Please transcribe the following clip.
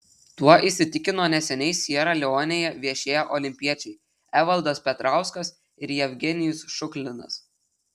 tuo įsitikino neseniai siera leonėje viešėję olimpiečiai evaldas petrauskas ir jevgenijus šuklinas